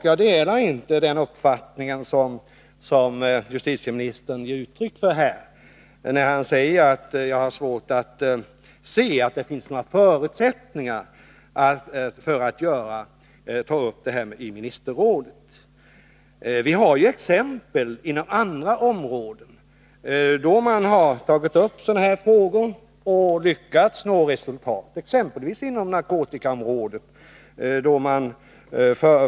Jag delar inte den uppfattning som justitieministern ger uttryck för när han här säger att han har svårt att se att det finns några förutsättningar för att ta upp denna fråga i ministerrådet. Vi har exempel från andra områden då man har tagit upp sådana här frågor och lyckats nå resultat, exempelvis inom narkotikaområdet.